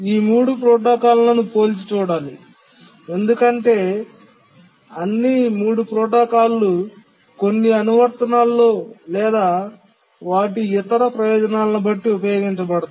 ఈ 3 ప్రోటోకాల్లను పోల్చి చూడాలి ఎందుకంటే అన్ని 3 ప్రోటోకాల్లు కొన్ని అనువర్తనాల్లో లేదా వాటి ఇతర ప్రయోజనాలను బట్టి ఉపయోగించబడతాయి